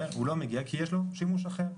הם לא מגיעים, כי יש להם שימוש אחר.